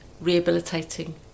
rehabilitating